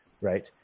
Right